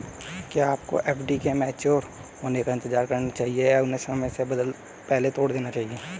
क्या आपको एफ.डी के मैच्योर होने का इंतज़ार करना चाहिए या उन्हें समय से पहले तोड़ देना चाहिए?